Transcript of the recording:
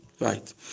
right